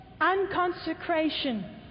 unconsecration